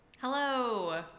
Hello